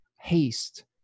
haste